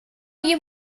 you